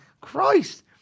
Christ